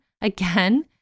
again